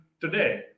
today